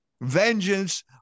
vengeance